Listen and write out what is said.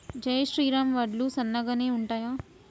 జై శ్రీరామ్ వడ్లు సన్నగనె ఉంటయా?